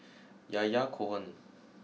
Yahya Cohen